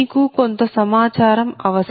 మీకు కొంత సమాచారం అవసరం